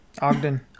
Ogden